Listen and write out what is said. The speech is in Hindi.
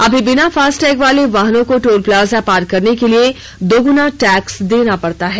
अभी बिना फास्टैग वाले वाहनों को टोल प्लाजा पार करने के लिए दोगुना टैक्स देना पड़ता है